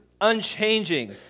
unchanging